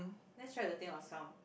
let's try to think of some